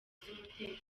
z’umutekano